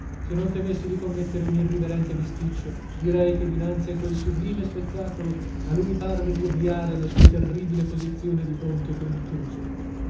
se non temessi di commettere un irriverente bisticcio direi che dinanzi a quel sublime spettacolo a lui parve di obliare la sua terribile posizione di conte contuso qual